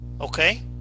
Okay